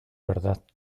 verdad